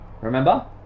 Remember